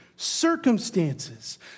circumstances